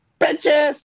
bitches